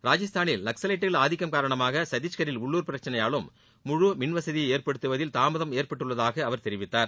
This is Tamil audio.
ராஜஸ்தானில் நக்சலைட்டுகள் ஆதிக்கம் காரணமாகவும் சத்தீஷ்கரில் உள்ளூர் பிரச்சனையாலும் முழு மின்வசதியை ஏற்படுத்துவதில் தாமதம் ஏற்பட்டுள்ளதாக அவர் தெரிவித்தார்